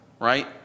right